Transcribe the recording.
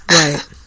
Right